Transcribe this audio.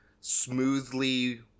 smoothly